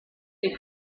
they